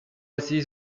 así